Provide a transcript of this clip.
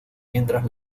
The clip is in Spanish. mientras